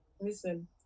Listen